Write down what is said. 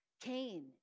Cain